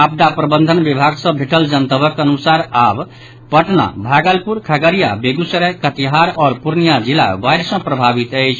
आपदा प्रबंधन विभाग सँ भेटल जनतबक अनुसार आब पटना भागलपुर खगड़िया बेगूसराय कटिहार आओर पूर्णियां जिला बाढ़ि सँ प्रभावित अछि